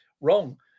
wrong